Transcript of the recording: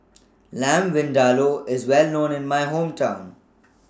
Lamb Vindaloo IS Well known in My Hometown